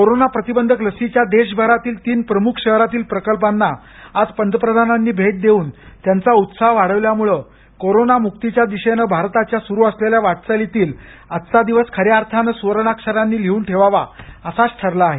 corona प्रतिबंधक लसीच्या देशभरातील तीन प्रमुख शहरातील प्रकल्पाना आज पंतप्रधानांनी भेट देऊन त्यांचा उत्साह वाढवल्यामुळं कोरोना मुक्तीच्या दिशेनं भारताच्या सुरू असलेल्या वाटचालीतील आजचा दिवस त्याअर्थाने सुवर्णाक्षरांनी लिहून ठेवावा असाच ठरला आहे